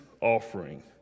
offering